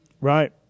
Right